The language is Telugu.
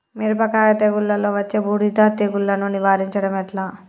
మిరపకాయ తెగుళ్లలో వచ్చే బూడిది తెగుళ్లను నివారించడం ఎట్లా?